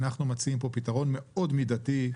שאנחנו מציעים פה פתרון מאוד מידתי.